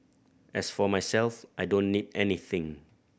as for myself I don't need anything